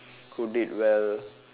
who did well